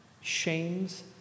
shames